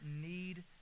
need